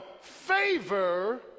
favor